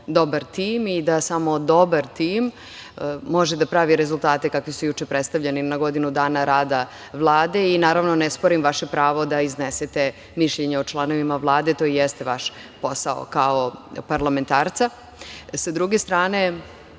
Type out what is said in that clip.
dobar tim i da samo dobar tim može da pravi rezultate kakvi su juče predstavljeni na godinu dana rada Vlade. Naravno, ne sporim vaše pravo da iznesete mišljenje o članovima Vlade. To i jeste vaš posao, kao parlamentarca. Sa